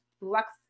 Lux